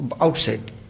Outside